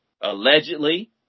allegedly